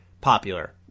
popular